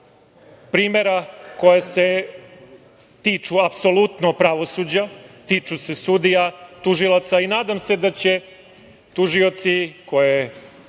primera koja se tiču apsolutno pravosuđa, tiču se sudija, tužilaca i nadam se da će tužioci koje